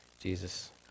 Jesus